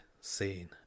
scene